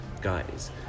guys